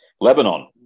Lebanon